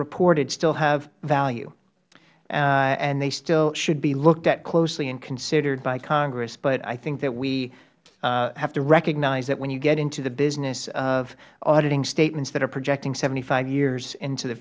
reported still have value and they still should be looked at closely and considered by congress but i think that we have to recognize that when you get into the business of auditing statements that are projecting seventy five years into the